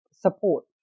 support